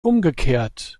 umgekehrt